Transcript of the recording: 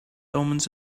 omens